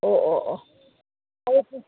ꯑꯣ ꯑꯣ ꯑꯣ ꯐꯔꯦ ꯐꯔꯦ